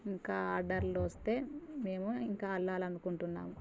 ఇంకా ఆర్డర్లు వస్తే మేము ఇంకా అల్లాలి అనుకుంటున్నాము